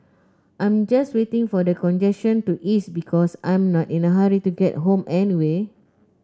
I'm just waiting for the congestion to ease because I'm not in a hurry to get home anyway